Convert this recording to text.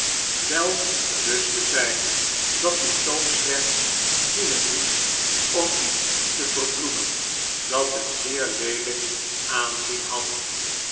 wel bewust te zijn dat die toon slechts dienen moest om iets te verbloemen dat een zeer leelijk aanzien had